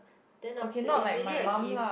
then after is really a gift